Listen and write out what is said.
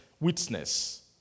witness